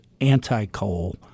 anti-coal